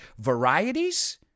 Varieties